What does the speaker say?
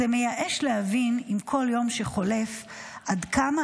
זה מייאש להבין עם כל יום שחולף עד כמה